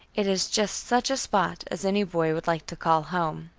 it is just such a spot as any boy would like to call home.